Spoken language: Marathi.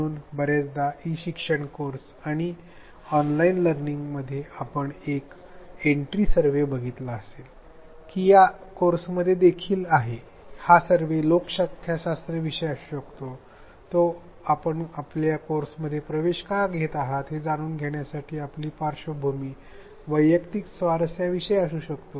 म्हणून बर्याचदा ई शिक्षण कोर्सेस आणि ऑनलाईन लर्निंगमध्ये आपण एक एन्ट्री सर्व्हे बघितला असेल अगदी की या कोर्समध्येही देखील हा सर्वे लोकसंख्याशास्त्र विषयी असू शकतो तो आपण या कोर्समध्ये प्रवेश का घेत आहात हे जाणून घेण्यासाठी आपली पार्श्वभूमी वैयक्तिक स्वारस्या विषयी असू शकतो